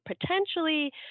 potentially